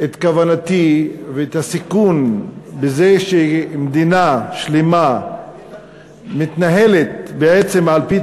את כוונתי ואת הסיכון בזה שמדינה שלמה מתנהלת בעצם על-פי